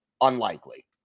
unlikely